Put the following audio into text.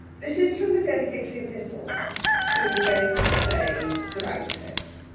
this is from the dedicatory epistle to behn's play the roundheads.